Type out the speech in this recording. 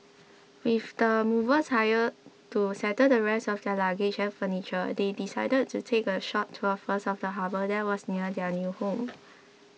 with the movers hired to settle the rest of their luggage and furniture they decided to take a short tour first of the harbour that was near their new home